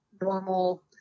normal